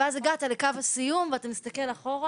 ואז הגעת לקו הסיום ואתה מסתכל אחורה